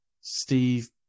Steve